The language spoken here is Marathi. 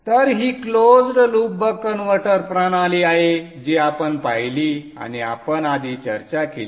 तर ही क्लोज्ड लूप बक कन्व्हर्टर प्रणाली आहे जी आपण पाहिली आणि आपण आधी चर्चा केली